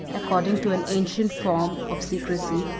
according to an ancient form of secrecy,